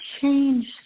change